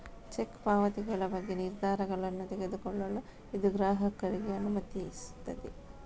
check ಪಾವತಿಗಳ ಬಗ್ಗೆ ನಿರ್ಧಾರಗಳನ್ನು ತೆಗೆದುಕೊಳ್ಳಲು ಇದು ಗ್ರಾಹಕರಿಗೆ ಅನುಮತಿಸುತ್ತದೆ